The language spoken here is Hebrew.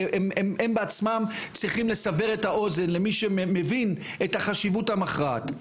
הם בעצמם צריכים לסבר את האוזן למי שמבין את החשיבות המכרעת,